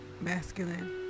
masculine